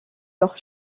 leurs